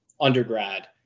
undergrad